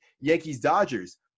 Yankees-Dodgers